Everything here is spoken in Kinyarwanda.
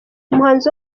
umuhanzi